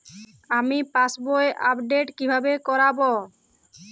আমি পাসবই আপডেট কিভাবে করাব?